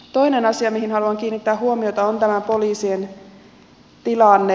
toinen asia mihin haluan kiinnittää huomiota on poliisien tilanne